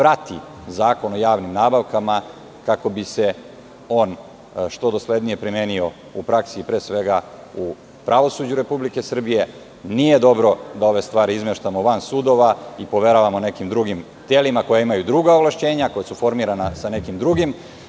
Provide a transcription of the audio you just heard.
prati Zakon o javnim nabavkama, kako bi se on što doslednije primenio u praksi, pre svega u pravosuđu Republike Srbije. Nije dobro da ove stvari izmeštamo van sudova i poveravamo nekim drugim telima koja imaju neka druga ovlašćenja, koja su formirana sa nekim drugim